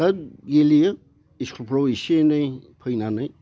दा गेलेयो स्कुलफ्राव एसे एनै फैनानै